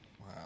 Wow